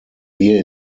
wir